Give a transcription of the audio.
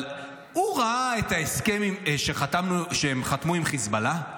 אבל הוא ראה את ההסכם שהם חתמו עם חיזבאללה?